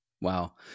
wow